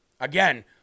Again